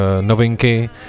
novinky